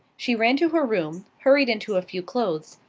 she ran to her room, hurried into a few clothes,